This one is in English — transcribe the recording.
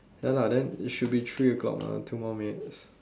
ya lah then should be three o-clock lah two more minutes